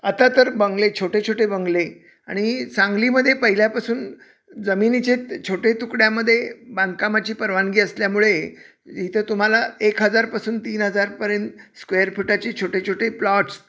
आता तर बंगले छोटे छोटे बंगले आणि सांगलीमध्ये पहिल्यापासून जमिनीचे त छोटे तुकड्यामध्ये बांधकामाची परवानगी असल्यामुळे इथं तुम्हाला एक हजारपासून तीन हजारपर्यंत स्क्वेअर फुटाचे छोटे छोटे प्लॉट्स